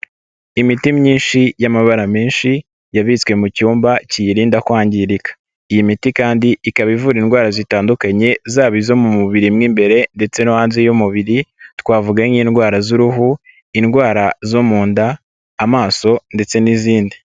Imiti myinshi y'amabara menshi, yabitswe mu cyumba kiyirinda kwangirika. Iyi miti kandi ikaba ivura indwara zitandukanye, zaba izo mu mubiri mo imbere ndetse no hanze y'umubiri, twavuga nk'indwara z'uruhu, indwara zo mu nda, amaso ndetse n'izindi.